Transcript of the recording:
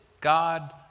God